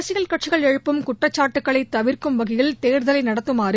அரசியல் கட்சிகள் எழுப்பும் குற்றச்சாட்டுகளை தவிர்க்கும் வகையில் தேர்தலை நடத்துமாறு